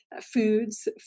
foods